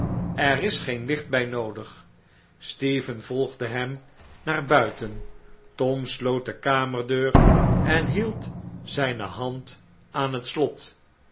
er is geen licht bij noodig stephen volgde hem naar buiten tom sloot de kamerdeur en hield zijne hand aan het slot